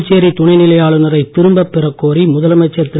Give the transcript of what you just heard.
புதுச்சேரி துணைநிலை ஆளுநரை திரும்பப் பெறக் கோரி முதலமைச்சர் திரு